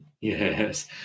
yes